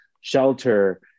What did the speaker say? shelter